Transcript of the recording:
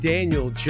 Daniel